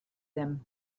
them